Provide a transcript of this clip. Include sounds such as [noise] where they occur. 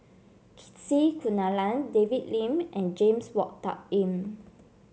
[unintelligible] C Kunalan David Lim and James Wong Tuck Yim